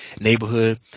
neighborhood